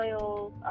oils